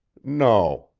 no,